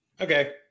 Okay